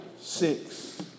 six